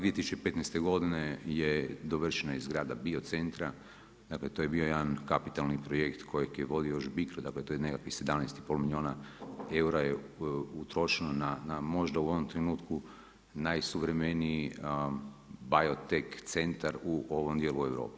2015. godine je dovršena izgradnja biocentra, dakle to je bio jedan kapitalni projekt kojeg je vodio još BICRO, dakle to je nekakvih 17,5 milijuna eura je utrošeno na možda u ovom trenutku najsuvremeniji Bajotek centar u ovom dijelu Europe.